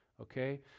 okay